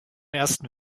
ersten